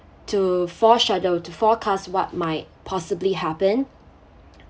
to foreshadow to forecast what might possibly happen